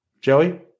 Joey